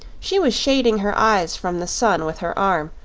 she was shading her eyes from the sun with her arm,